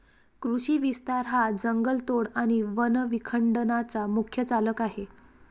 कृषी विस्तार हा जंगलतोड आणि वन विखंडनाचा मुख्य चालक आहे